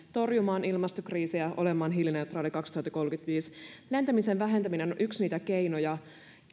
torjumaan ilmastokriisiä ja olemaan hiilineutraali kaksituhattakolmekymmentäviisi lentämisen jolle on vaihtoehtoja vähentäminen on yksi niitä keinoja